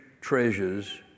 treasures